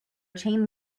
chain